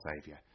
saviour